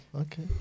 Okay